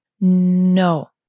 No